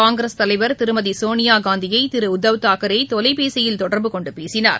காங்கிரஸ் தலைவர் திருமதி சோனியா காந்தியை திரு உத்தவ் தாக்ரே தொடலைபேசியில் தொடர்பு கொண்டு பேசினார்